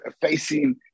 facing